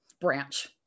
branch